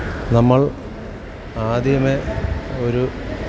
നമ്മള് ആദ്യമേ ഒരു